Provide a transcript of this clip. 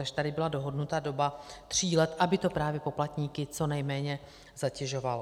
Takže tady byla dohodnuta doba tří let, aby to právě poplatníky co nejméně zatěžovalo.